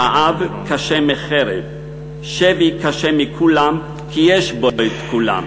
רעב קשה מחרב, שבי קשה מכולם, כי יש בו את כולם,